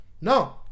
no